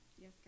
yes